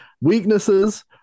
weaknesses